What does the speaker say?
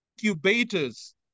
incubators